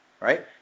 right